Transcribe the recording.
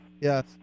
yes